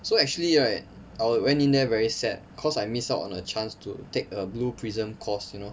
so actually right I went in there very sad cause I miss out on a chance to take a blue prism course you know